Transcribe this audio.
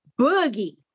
boogie